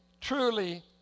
truly